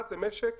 המשק,